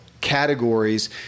categories